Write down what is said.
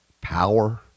power